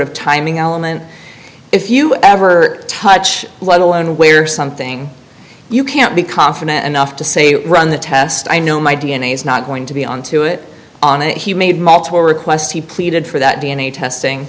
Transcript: of timing element if you ever touch let alone where something you can't be confident enough to say run the test i know my d n a is not going to be on to it on and he made multiple requests he pleaded for that d n a testing